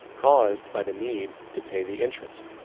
caused by the need to pay the interest.